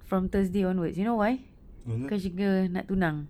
from thursday onwards you know why because she kena nak tunang